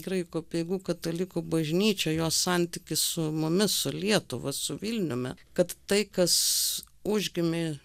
graikų apeigų katalikų bažnyčią jos santykį su mumis su lietuva su vilniumi kad tai kas užgimė